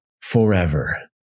forever